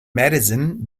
madison